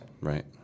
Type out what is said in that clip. Right